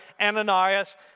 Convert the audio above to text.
Ananias